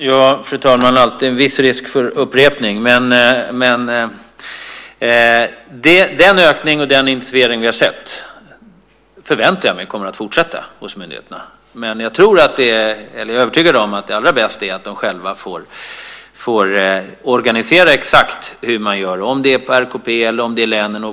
Fru talman! Det är alltid en viss risk för upprepning, men den ökning och den intensifiering vi har sett förväntar jag mig kommer att fortsätta hos myndigheterna. Jag är dock övertygad om att det allra bästa är att de själva får organisera exakt hur de ska göra, om det nu är på RKP eller i länen.